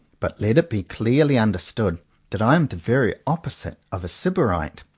but let it be clearly understood that i am the very opposite of a sybarite.